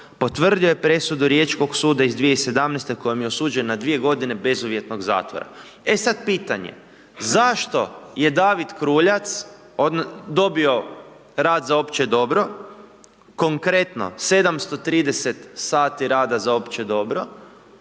potvrdio je presudu riječkog suda iz 2017.g. kojim je osuđen na dvije godine bezuvjetnog zatvora. E sad pitanje, zašto je David Kruljac dobio rad za opće dobro, konkretno, 730 sati rada za opće dobro,